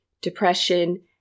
depression